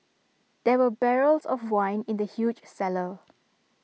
there were barrels of wine in the huge cellar